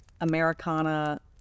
Americana